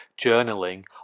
journaling